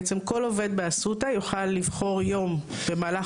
בעצם כל עובד באסותא יוכל לבחור יום במהלך